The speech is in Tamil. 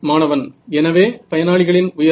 மாணவன் எனவே பயனாளிகளின் உயரம்